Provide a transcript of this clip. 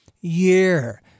year